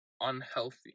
unhealthy